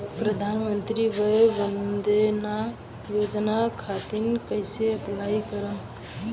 प्रधानमंत्री वय वन्द ना योजना खातिर कइसे अप्लाई करेम?